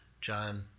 John